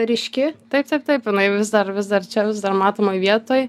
ryški taip taip taip jinai vis dar vis dar čia vis dar matomoj vietoj